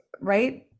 right